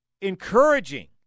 encouraging